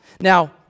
Now